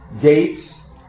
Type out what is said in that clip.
gates